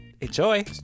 Enjoy